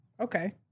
Okay